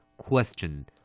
Question